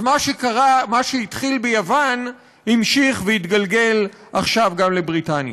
אז מה שהתחיל ביוון המשיך והתגלגל עכשיו גם לבריטניה.